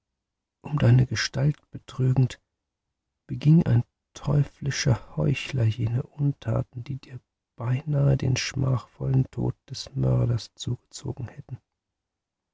um deine gestalt betrügend beging ein teuflischer heuchler jene untaten die dir beinahe den schmachvollen tod des mörders zugezogen hätten